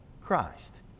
Christ